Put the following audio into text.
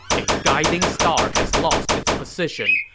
a guiding star has lost its position.